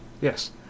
Yes